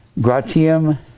gratium